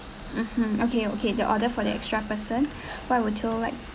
mmhmm okay okay your order for the extra person what would you like